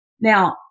now